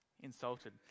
insulted